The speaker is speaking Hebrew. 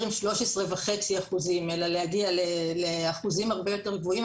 עם 13.5% אלא להגיע לאחוזים הרבה יותר גבוהים,